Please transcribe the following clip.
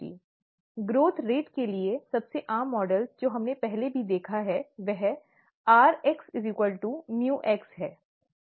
विकास दर के लिए सबसे आम मॉडल जो हमने पहले ही देखा है वह rx µx है